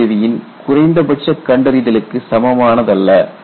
D கருவியின் குறைந்தபட்ச கண்டறிதலுக்கு சமமானதல்ல